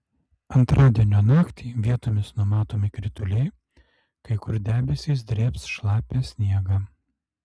antradienio naktį vietomis numatomi krituliai kai kur debesys drėbs šlapią sniegą